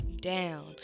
down